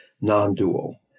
non-dual